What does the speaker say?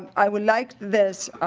i would like this